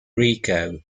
rico